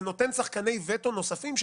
זה יוצר שחקני וטו נוספים,